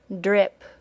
drip